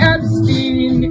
Epstein